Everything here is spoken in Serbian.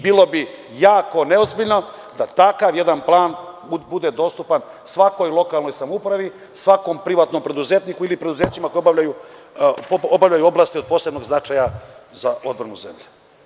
Bilo bi jako neozbiljno da takav jedan plan bude dostupan svakoj lokalnoj samoupravi, svakom privatnom preduzetniku ili preduzećima koja obavljaju oblasti od posebnog značaja za odbranu zemlje.